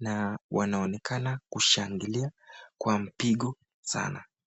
na wanaonekana kushangilia kwa mpingo sana.